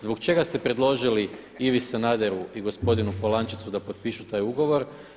Zbog čega ste predložili Ivi Sanaderu i gospodinu Polančecu da potpišu taj ugovor?